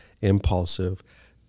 impulsive